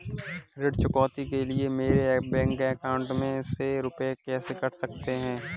ऋण चुकौती के लिए मेरे बैंक अकाउंट में से रुपए कैसे कट सकते हैं?